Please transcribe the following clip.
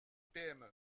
pme